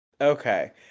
Okay